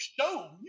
show